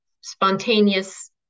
spontaneous